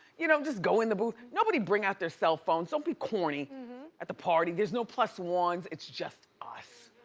you know, just go in the booth. nobody bring out their cellphones. don't be corny at the party. there's no plus one's, it's just us.